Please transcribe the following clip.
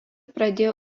pradėjo